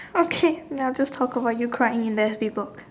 okay now just talk about you crying in that table